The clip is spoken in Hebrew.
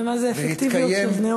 תראה מה זה אפקטיביות של נאום.